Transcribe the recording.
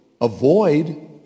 avoid